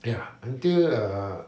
ya until ah